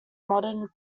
modern